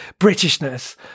Britishness